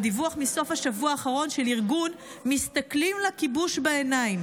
בדיווח מסוף השבוע האחרון של ארגון "מסתכלים לכיבוש בעיניים"